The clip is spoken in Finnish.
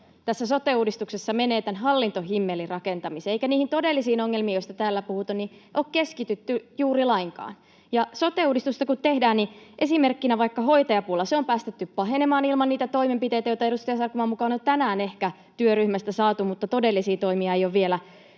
sote-uudistuksessa menee tämän hallintohimmelin rakentamiseen eikä niihin todellisiin ongelmiin, joista täällä on puhuttu, ole keskitytty juuri lainkaan. Ja sote-uudistusta kun tehdään... Esimerkkinä vaikka hoitajapula: se on päästetty pahenemaan ilman niitä toimenpiteitä, joita edustaja Sarkomaan mukaan on tänään ehkä työryhmästä saatu, mutta todellisia toimia ei ole vielä